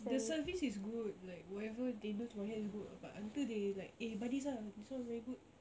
their service is good like whatever they do to my hair is good but until they like eh buy this ah this [one] very good